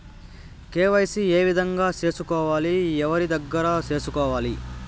KYC ఏ విధంగా సేసుకోవాలి? ఎవరి దగ్గర సేసుకోవాలి?